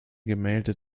gemälde